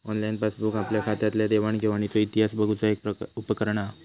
online passbook आपल्या खात्यातल्या देवाण घेवाणीचो इतिहास बघुचा एक उपकरण हा